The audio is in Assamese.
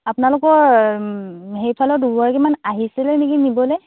আপোনালোকৰ সেইফালৰ দুগৰাকীমান আহিছিলে নেকি নিবলৈ